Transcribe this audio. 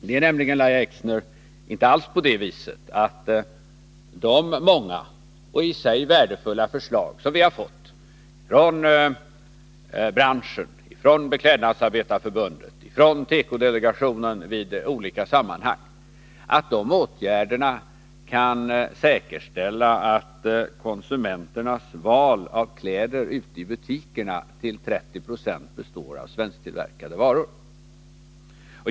Det är nämligen, Lahja Exner, inte alls på det viset att de många och i sig värdefulla förslag som vi har fått från branschen, från Beklädnadsarbetareförbundet och från tekodelegationen i olika sammanhang kan säkerställa att konsumenternas val av kläder ute i butikerna till 30 96 kommer att gälla svensktillverkade varor.